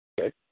Okay